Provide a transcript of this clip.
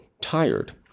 tired